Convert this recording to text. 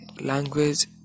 language